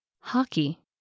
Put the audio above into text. Hockey